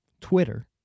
Twitter